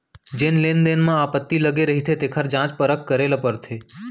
जेन लेन देन म आपत्ति लगे रहिथे तेखर जांच परख करे ल परथे